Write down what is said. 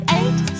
eight